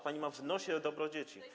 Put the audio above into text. Pani ma w nosie dobro dzieci.